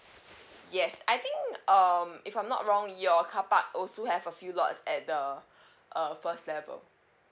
yes I think um if I'm not wrong your carpark also have a few lots at the uh first level